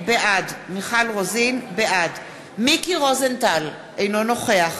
בעד מיקי רוזנטל, אינו נוכח